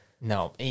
No